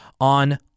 on